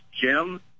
Jim